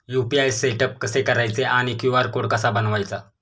UPI setup कसे करायचे आणि क्यू.आर कोड कसा बनवायचा?